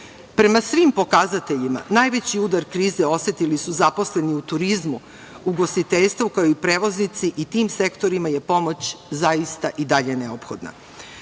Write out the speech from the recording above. ljudi. Prema svim pokazateljima najveći udar krize osetili su zaposleni u turizmu, ugostiteljstvu, kao i prevoznici i tim sektorima je pomoć zaista i dalje neophodna.